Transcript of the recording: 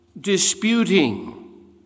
disputing